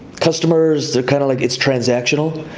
customers, they're kind of like, it's transactional.